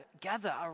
gather